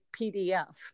PDF